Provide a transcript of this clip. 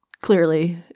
clearly